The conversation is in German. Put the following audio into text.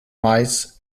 mais